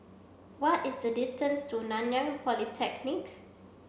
what is the distance to Nanyang Polytechnic